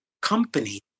company